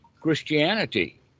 Christianity